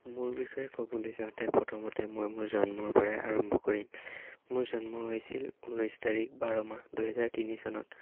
মোৰ বিষয়ে কবলৈ যাওঁতে প্ৰথমতে মই মোৰ জন্মৰ পৰাই আৰম্ভ কৰিম মোৰ জন্ম হৈছিল ঊনৈছ তাৰিখ বাৰ মাহ দুহেজাৰ তিনি চনত